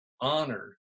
honor